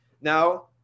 Now